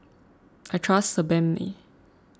I trust Sebamed